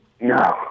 No